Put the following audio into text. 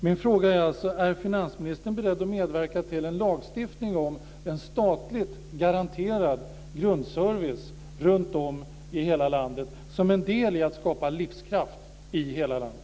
Min fråga är alltså: Är finansministern beredd att medverka till en lagstiftning om en statligt garanterad grundservice runtom i hela landet som en del i att skapa livskraft i hela landet?